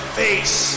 face